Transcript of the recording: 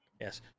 Yes